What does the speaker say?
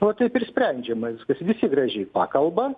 va taip ir sprendžiama viskas visi gražiai pakalba